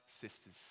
sisters